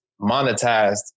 monetized